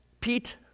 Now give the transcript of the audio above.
Pete